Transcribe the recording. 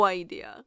idea